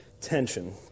tension